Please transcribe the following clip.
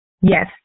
Yes